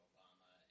Obama